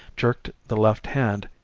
jerked the left hand,